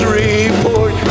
report